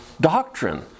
doctrine